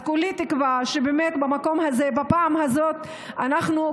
כולי תקווה שבפעם הזאת ובמקום הזה,